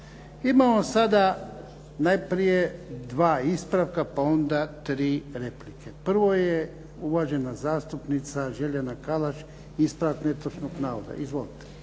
Imamo sada najprije dva ispravka pa onda tri replike. Prvo je uvažena zastupnica Željana Kalaš ispravak netočnog navoda. Izvolite.